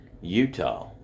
Utah